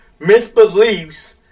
misbeliefs